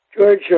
George